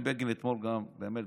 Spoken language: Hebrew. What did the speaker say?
אתמול בני בגין באמת,